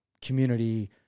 community